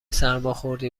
سرماخوردی